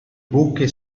buque